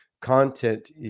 content